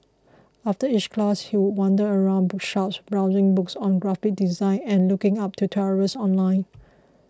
after each class he would wander around bookshops browsing books on graphic design and looking up tutorials online